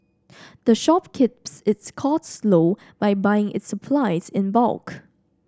the shop keeps its costs low by buying its supplies in bulk